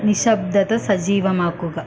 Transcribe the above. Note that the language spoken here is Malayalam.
നിശബ്ദത സജീവമാക്കുക